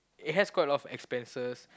it has got a lot expenses